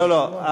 לא, לא.